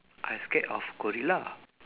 I scared of gorilla